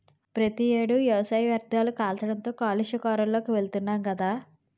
ప్రతి ఏడు వ్యవసాయ వ్యర్ధాలు కాల్చడంతో కాలుష్య కోరల్లోకి వెలుతున్నాం గదా